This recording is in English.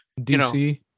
DC